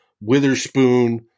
witherspoon